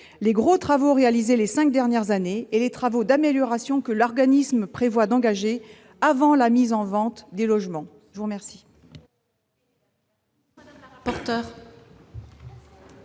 les gros travaux réalisés au cours des cinq dernières années et les travaux d'amélioration que l'organisme prévoit d'engager avant la mise en vente des logements. Quel